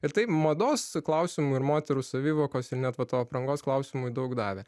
ir tai mados klausimui ir moterų savivokos ir net va to aprangos klausimui daug davė